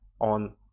on